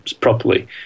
properly